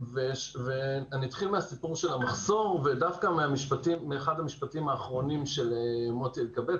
אתחיל מסיפור המחסור ודווקא מאחד המשפטים האחרונים של מוטי אלקבץ,